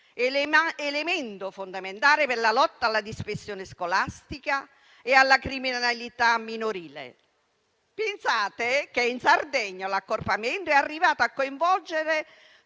elemento fondamentale per la lotta alla dispersione scolastica e alla criminalità minorile. Pensate che in Sardegna l'accorpamento è arrivato a coinvolgere